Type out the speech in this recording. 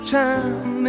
time